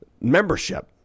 membership